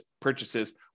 purchases